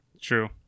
True